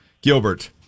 Gilbert